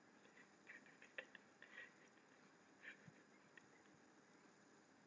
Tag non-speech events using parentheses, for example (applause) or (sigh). (laughs)